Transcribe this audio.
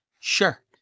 Sure